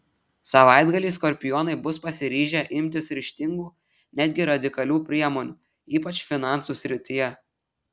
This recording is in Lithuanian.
savaitgalį skorpionai bus pasiryžę imtis ryžtingų netgi radikalių priemonių ypač finansų srityje